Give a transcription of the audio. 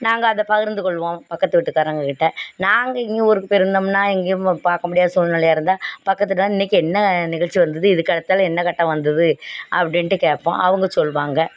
நாங்கள் அதை பகிர்ந்து கொள்வோம் பக்கத்து வீட்டுக்காரங்கள் கிட்டே நாங்கள் எங்கேயும் ஊருக்கு போய் இருந்தோம்னால் எங்கேயும் பா பார்க்க முடியாத சூழ்நிலையா இருந்தால் பக்கத்தில் இன்னைக்கி என்ன நிகழ்ச்சி வந்தது இதுக்கடுத்தால் என்ன கட்டம் வந்தது அப்படின்டு கேட்போம் அவங்க சொல்வாங்க